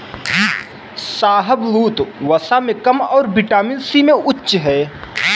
शाहबलूत, वसा में कम और विटामिन सी में उच्च है